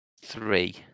three